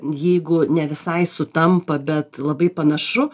jeigu ne visai sutampa bet labai panašu